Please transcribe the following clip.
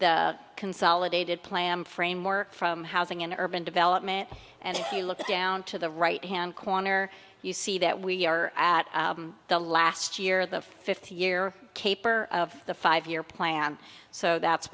the consolidated plan framework from housing and urban development and if you look down to the right hand corner you see that we are at the last year the fifth year kapor of the five year plan so that's